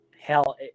hell